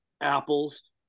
apples